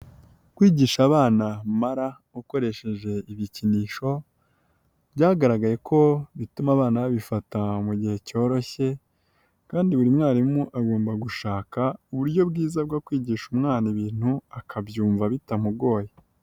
Kwigisha abana mara ukoresheje ibikinisho byagaragaye ko bituma abana babifata mu gihe cyoroshye kandi buri mwarimu agomba gushaka uburyo bwiza bwo kwigisha umwana ibintu akabyumva bitamugoye.